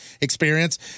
experience